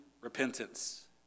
repentance